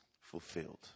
fulfilled